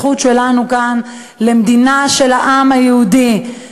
הזכות שלנו כאן למדינה של העם היהודי,